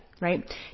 right